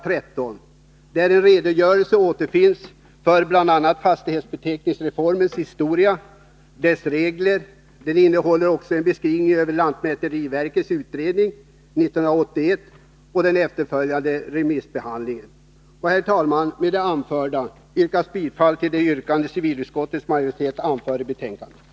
13, där en redogörelse återfinns för bl.a. fastighetsbeteckningsreformens historia och regler samt för lantmäteriverkets utredning i ämnet 1981 med åtföljande remissbehandling. Herr talman! Med det anförda yrkar jag bifall till civilutskottet hemställan i betänkande 1982/83:19.